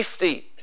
safety